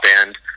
end